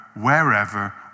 wherever